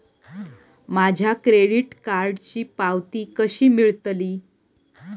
माझ्या क्रेडीट कार्डची पावती कशी मिळतली?